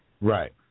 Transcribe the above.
Right